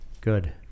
good